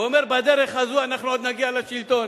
ואומר: בדרך הזאת אנחנו עוד נגיע לשלטון.